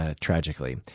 tragically